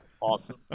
awesome